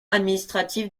administrative